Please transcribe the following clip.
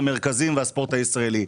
המרכזים והספורט הישראלי.